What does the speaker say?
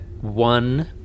one